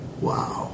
Wow